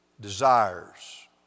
desires